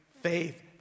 faith